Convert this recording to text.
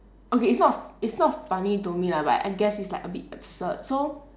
okay it's not it's not funny to me lah but I guess it's like a bit absurd so